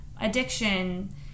addiction